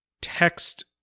text